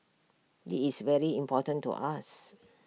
this is very important to us